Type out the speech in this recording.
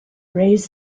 raised